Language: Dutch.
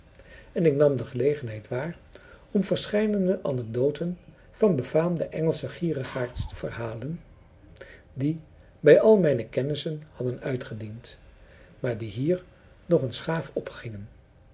en ik nam de gelegenheid waar om verscheidene anekdoten van befaamde engelsche gierigaards te verhalen die bij al mijne kennissen hadden uitgediend maar die hier nog eens gaaf opgingen